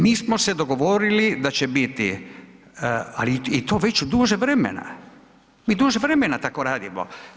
Mi smo se dogovorili da će biti, ali to već duže vremena, mi duže vremena tako radimo.